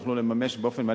מיום